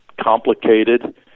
complicated